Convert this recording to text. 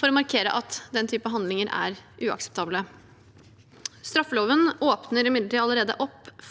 for å markere at den typen handlinger er uakseptable. Straffeloven åpner imidlertid allerede